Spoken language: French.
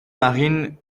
marine